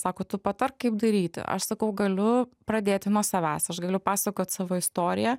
sako tu patark kaip daryti aš sakau galiu pradėti nuo savęs aš galiu pasakot savo istoriją